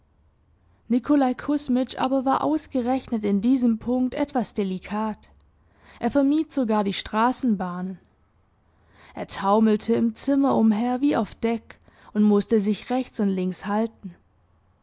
nikolaj kusmitsch aber war ausgerechnet in diesem punkt etwas delikat er vermied sogar die straßenbahnen er taumelte im zimmer umher wie auf deck und mußte sich rechts und links halten